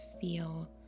feel